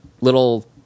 little